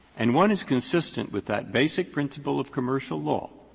and one is consistent with that basic principle of commercial law,